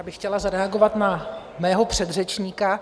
Já bych chtěla zareagovat na mého předřečníka.